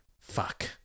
Fuck